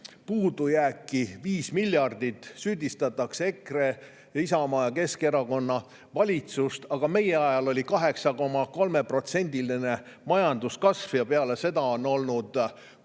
puudujääki – 5 miljardit. Süüdistatakse EKRE, Isamaa ja Keskerakonna valitsust, aga meie ajal oli 8,3%-line majanduskasv. Peale seda on olnud kolm